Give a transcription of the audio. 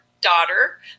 daughter